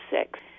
six